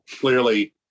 clearly